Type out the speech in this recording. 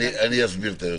אסביר.